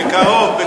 בקרוב.